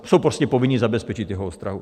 Jsou prostě povinni zabezpečit jeho ostrahu.